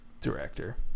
director